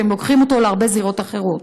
שהם לוקחים אותו להרבה זירות אחרות.